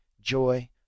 joy